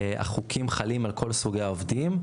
החוקים חלים פה על כל סוגי העובדים,